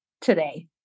today